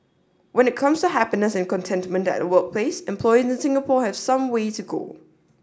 when it comes to happiness and contentment at the workplace employees in Singapore have some way to go